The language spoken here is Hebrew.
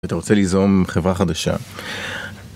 ואתה רוצה ליזום חברה חדשה?